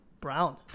Brown